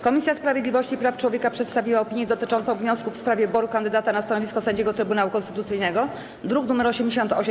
Komisja Sprawiedliwości i Praw Człowieka przedstawiła opinię dotyczącą wniosku w sprawie wyboru kandydata na stanowisko sędziego Trybunału Konstytucyjnego, druk nr 88.